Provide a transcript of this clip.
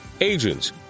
agents